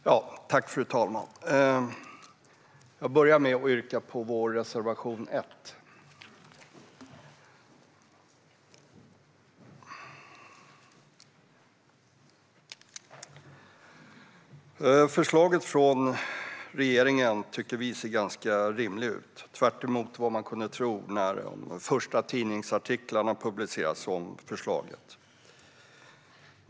Fru talman! Jag börjar med att yrka bifall till vår reservation 1. Förslaget från regeringen tycker vi ser ganska rimligt ut, tvärtemot vad man kunde tro när de första tidningsartiklarna om det publicerades.